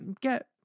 get